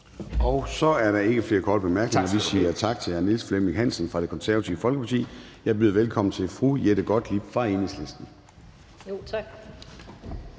Så er der ikke flere korte bemærkninger. Vi siger tak til hr. Niels Flemming Hansen fra Det Konservative Folkeparti. Jeg byder velkommen til fru Jette Gottlieb fra Enhedslisten.